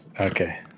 Okay